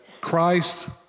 Christ